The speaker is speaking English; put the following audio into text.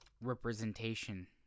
representation